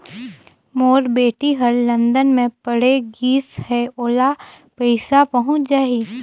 मोर बेटी हर लंदन मे पढ़े गिस हय, ओला पइसा पहुंच जाहि?